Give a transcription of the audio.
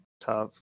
tough